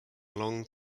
long